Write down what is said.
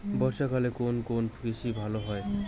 বর্ষা কালে কোন কোন কৃষি ভালো হয়?